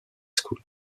school